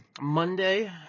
Monday